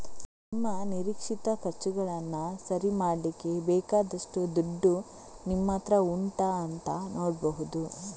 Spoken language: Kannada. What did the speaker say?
ನಿಮ್ಮ ನಿರೀಕ್ಷಿತ ಖರ್ಚುಗಳನ್ನ ಸರಿ ಮಾಡ್ಲಿಕ್ಕೆ ಬೇಕಾದಷ್ಟು ದುಡ್ಡು ನಿಮ್ಮತ್ರ ಉಂಟಾ ಅಂತ ನೋಡ್ಬಹುದು